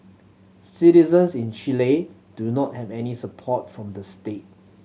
citizens in Chile do not have any support from the state